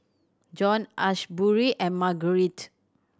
Jon Asbury and Margarite